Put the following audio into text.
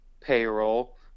payroll